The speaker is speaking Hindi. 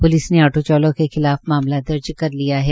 प्लिस आटो चालक के खिलाफ मामला दर्ज कर लिया है